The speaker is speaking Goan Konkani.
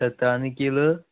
सत्तरांनी कील